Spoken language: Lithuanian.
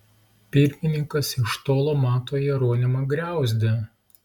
pirmininkas iš tolo mato jeronimą griauzdę